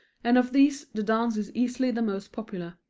and of these the dance is easily the most popular.